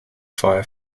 fire